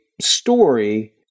story